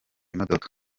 imodoka